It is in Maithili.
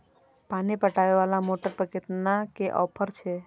पानी पटवेवाला मोटर पर केतना के ऑफर छे?